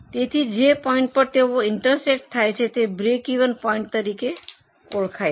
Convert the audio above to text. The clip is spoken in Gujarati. તેથી જે પોઇન્ટ પર તેઓ ઇન્ટરસેક્ટ થાય છે તે બ્રેકિવન પોઇન્ટ તરીકે ઓળખાય છે